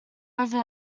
over